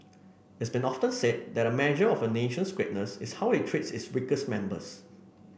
it's been often said that a measure of a nation's greatness is how it treats its weakest members